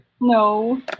No